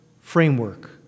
framework